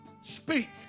speak